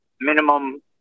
minimum